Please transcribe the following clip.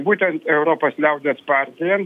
būtent europos liaudies partija